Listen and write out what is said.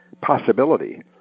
possibility